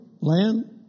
land